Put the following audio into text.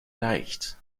leicht